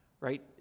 right